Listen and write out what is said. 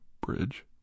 bridge